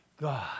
God